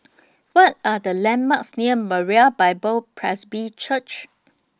What Are The landmarks near Moriah Bible Presby Church